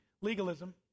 Legalism